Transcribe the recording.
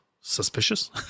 suspicious